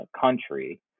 country